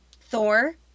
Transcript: Thor